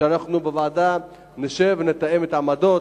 שאנחנו נשב בוועדה ונתאם עמדות.